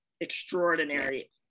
extraordinary